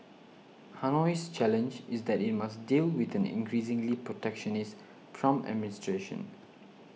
Hanoi's challenge is that it must deal with an increasingly protectionist Trump administration